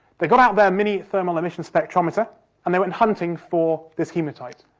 they got out their mini thermal emissions spectrometer and they went hunting for this hematite.